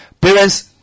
parents